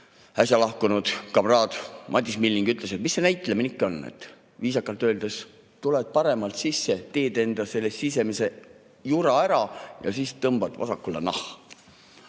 äsja lahkunud kamraad Madis Milling ütles, et mis see näitlemine ikka on, viisakalt öeldes, tuled paremalt sisse, teed enda sisemise jura ära ja siis tõmbad vasakule. Küsimused